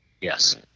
Yes